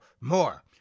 more